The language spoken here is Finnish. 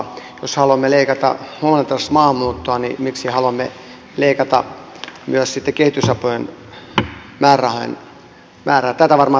jos haluamme leikata huomattavasti maahanmuuttoa niin miksi haluamme leikata myös sitten kehitysavun määrärahojen määrää tätä varmaan tarkoititte tässä kysymyksessänne